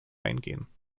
eingehen